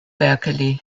berkeley